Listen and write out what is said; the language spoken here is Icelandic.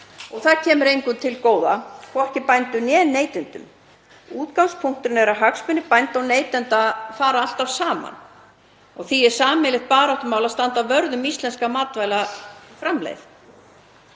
og það kemur engum til góða, hvorki bændum né neytendum. Útgangspunkturinn er að hagsmunir bænda og neytenda fara alltaf saman. Því er sameiginlegt baráttumál að standa vörð um íslenska matvælaframleiðslu.